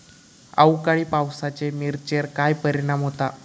अवकाळी पावसाचे मिरचेर काय परिणाम होता?